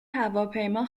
هواپیما